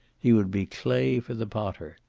he would be clay for the potter.